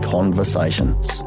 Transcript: Conversations